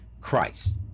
Christ